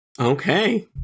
Okay